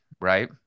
right